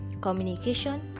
communication